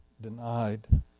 denied